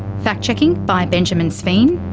fact checking by benjamin sveen.